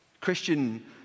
Christian